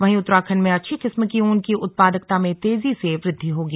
वहीं उत्तरखण्ड में अच्छी किस्म की ऊन की उत्पादकता में तेजी से वृद्वि होगी